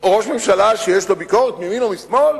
או ראש ממשלה שיש לו ביקורת מימין או משמאל?